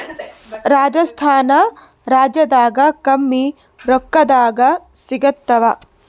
ರಾಜಸ್ಥಾನ ರಾಜ್ಯದಾಗ ಕಮ್ಮಿ ರೊಕ್ಕದಾಗ ಸಿಗತ್ತಾವಾ?